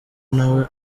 nawe